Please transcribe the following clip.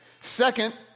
Second